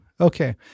Okay